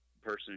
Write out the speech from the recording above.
person